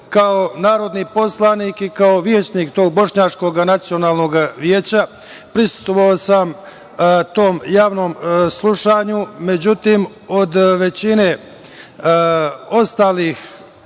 kao narodni poslanik i kao većnik tog Bošnjačkog nacionalnog veća, prisustvovao sam tom javnom slušanju, međutim od većine ostalih